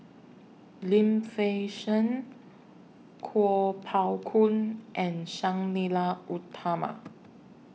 Lim Fei Shen Kuo Pao Kun and Sang Nila Utama